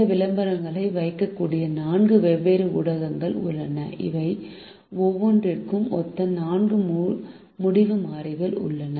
இந்த விளம்பரங்களை வைக்கக்கூடிய நான்கு வெவ்வேறு ஊடகங்கள் உள்ளன இவை ஒவ்வொன்றிற்கும் ஒத்த 4 முடிவு மாறிகள் உள்ளன